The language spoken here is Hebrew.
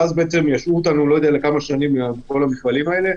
ואז ישעו אותנו לכמה שנים מכל המפעלים האלה.